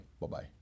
Bye-bye